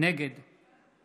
נגד